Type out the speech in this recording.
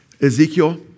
Ezekiel